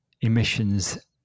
emissions